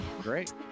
Great